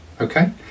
okay